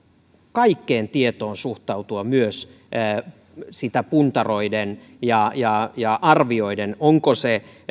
kaikkeen tietoon suhtautua sitä myös puntaroiden ja ja arvioiden onko se